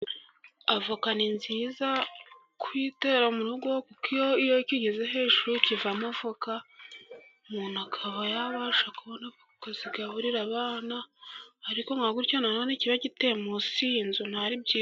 Avoka ni nziza kuyitera mu rugo, kuko iyo kigeze hejuru kivamo voka umuntu akaba yabasha kubona kuzigaburira abana, ariko nka gutya nanone kiba giteye munsi y'inzu ntabwo ari byi......